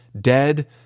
dead